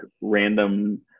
random